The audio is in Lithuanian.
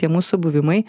tie mūsų buvimai